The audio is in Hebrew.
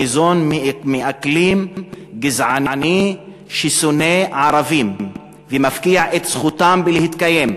ניזון מאקלים גזעני ששונא ערבים ומפקיע את זכותם להתקיים.